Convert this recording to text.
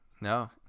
No